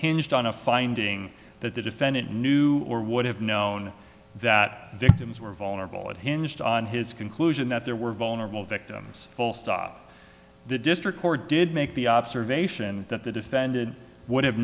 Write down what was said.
hinged on a finding that the defendant knew or would have known that victims were vulnerable it hinged on his conclusion that there were vulnerable victims full stop the district court did make the observation that the defended would have